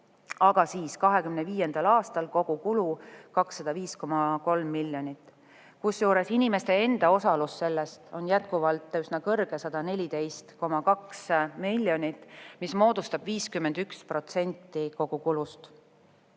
on [üldhoolduse] kogukulu 205,3 miljonit, kusjuures inimeste enda osalus selles on jätkuvalt üsna suur: 114,2 miljonit, mis moodustab 51% kogu kulust.